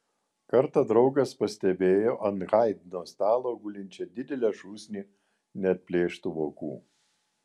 kartą draugas pastebėjo ant haidno stalo gulinčią didelę šūsnį neatplėštų vokų